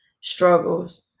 struggles